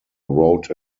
wrote